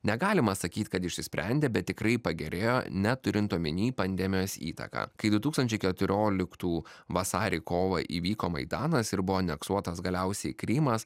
negalima sakyt kad išsisprendė bet tikrai pagerėjo net turint omeny pandemijos įtaką kai du tūkstančiai keturioliktų vasarį kovą įvyko maidanas ir buvo aneksuotas galiausiai krymas